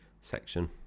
section